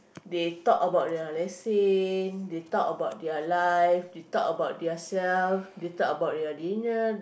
they talk about their let's say they talk about their life they talk about their self they talk about their dinner